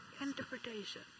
interpretation